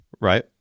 right